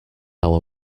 our